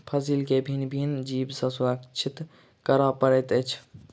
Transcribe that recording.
फसील के भिन्न भिन्न जीव सॅ सुरक्षित करअ पड़ैत अछि